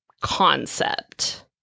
concept